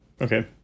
Okay